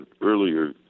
earlier